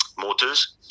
mortars